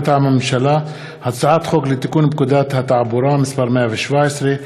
מטעם הממשלה: הצעת חוק לתיקון פקודת התעבורה (מס' 117)